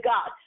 God